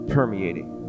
Permeating